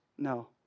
No